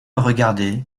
regarder